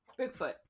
Bigfoot